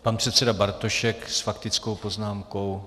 Pan předseda Bartošek s faktickou poznámkou.